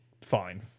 fine